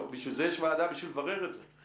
בשביל זה יש וועדה; בשביל לברר את זה.